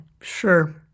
Sure